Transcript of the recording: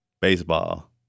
Baseball